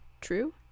true